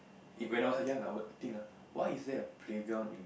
it when I was young ah I would think ah why is there a playground in